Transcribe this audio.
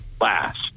last